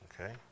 okay